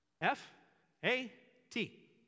F-A-T